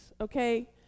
Okay